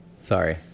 Sorry